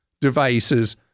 devices